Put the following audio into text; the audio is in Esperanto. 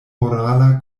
morala